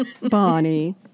Bonnie